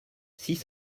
six